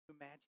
imagine